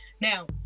Now